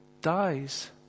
dies